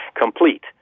complete